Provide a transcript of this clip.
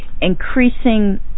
increasing